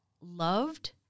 loved